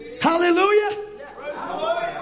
Hallelujah